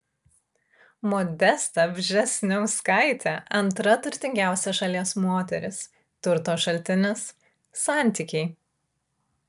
modesta vžesniauskaitė antra turtingiausia šalies moteris turto šaltinis santykiai